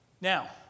Now